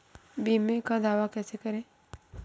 बीमे का दावा कैसे करें?